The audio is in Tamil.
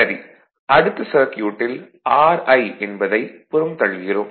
சரி அடுத்த சர்க்யூட்டில் Ri என்பதை புறந்தள்ளுகிறோம்